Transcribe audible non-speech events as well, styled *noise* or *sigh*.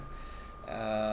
*breath* uh